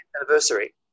anniversary